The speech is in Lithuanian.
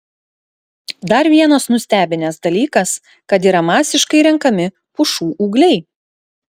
dar vienas nustebinęs dalykas kad yra masiškai renkami pušų ūgliai